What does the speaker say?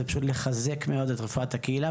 וזה פשוט לחזק מאוד את רפואת הקהילה,